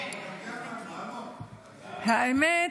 האמת,